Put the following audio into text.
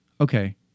okay